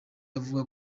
avuga